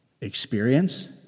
experience